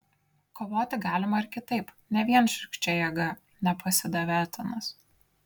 kovoti galima ir kitaip ne vien šiurkščia jėga nepasidavė etanas